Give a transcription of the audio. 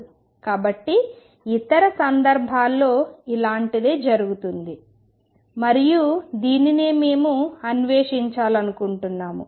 కాబట్టి ఇది ఇతర సందర్భాల్లో ఇలాంటిదే జరుగుతుంది మరియు దీనినే మేము అన్వేషించాలనుకుంటున్నాము